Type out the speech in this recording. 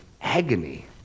agony